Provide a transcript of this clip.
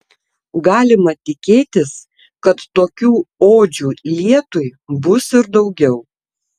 galima tikėtis kad tokių odžių lietui bus ir daugiau